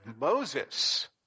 Moses